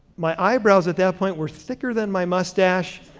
my eyebrows at that point were thicker than my mustache,